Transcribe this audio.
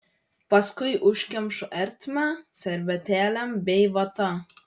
paskui užkemšu ertmę servetėlėm bei vata